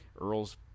Earl's –